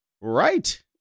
Right